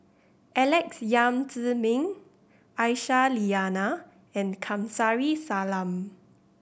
Alex Yam Ziming Aisyah Lyana and Kamsari Salam